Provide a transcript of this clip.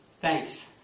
Thanks